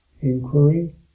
inquiry